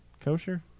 Kosher